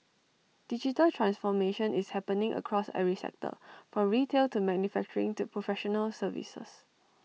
digital transformation is happening across every sector from retail to manufacturing to professional services